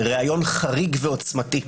בראיון חריג ועוצמתי,